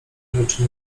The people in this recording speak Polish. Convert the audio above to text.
rzeczy